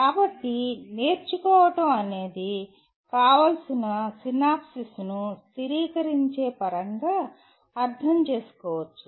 కాబట్టి "నేర్చుకోవడం" అనేది కావాల్సిన సినాప్సెస్ను స్థిరీకరించే పరంగా అర్థం చేసుకోవచ్చు